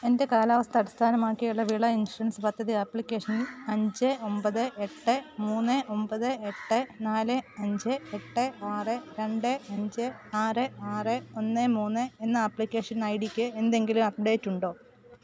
എന്റെ കാലാവസ്ഥ അടിസ്ഥാനമാക്കിയുള്ള വിള ഇൻഷുറൻസ് പദ്ധതി ആപ്ലിക്കേഷനിൽ അഞ്ച് ഒമ്പത് എട്ട് മൂന്ന് ഒമ്പത് എട്ട് നാല് അഞ്ച് എട്ട് ആറ് രണ്ട് അഞ്ച് ആറ് ആറ് ഒന്ന് മൂന്ന് എന്ന ആപ്ലിക്കേഷൻ ഐഡിക്ക് എന്തെങ്കിലും അപ്ഡേറ്റ് ഉണ്ടോ